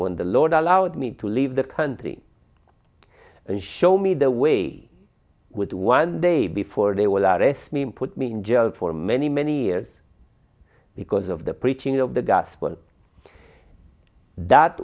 n the lord allowed me to leave the country and show me the way with one day before they will arrest me and put me in jail for many many years because of the preaching of the gospel that